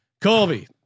Colby